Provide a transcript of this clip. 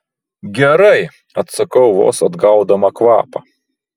gerai atsakau vos atgaudama kvapą